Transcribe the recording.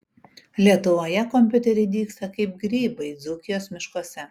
lietuvoje kompiuteriai dygsta kaip grybai dzūkijos miškuose